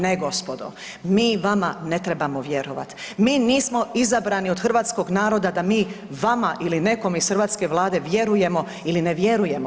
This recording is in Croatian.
Ne gospodo, mi vama ne trebamo vjerovat, mi nismo izabrani od hrvatskog naroda da mi vama ili nekome iz hrvatske Vlade vjerujemo ili ne vjerujemo.